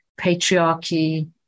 patriarchy